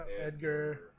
Edgar